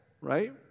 right